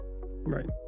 right